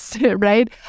right